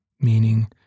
meaning